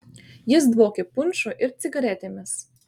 jis dvokė punšu ir cigaretėmis